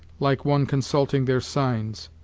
like one consulting their signs.